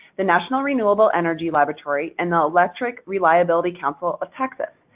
the national renewable energy laboratory, and the electric reliability council of texas.